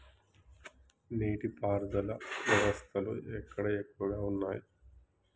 నీటి పారుదల వ్యవస్థలు ఎక్కడ ఎక్కువగా ఉన్నాయి?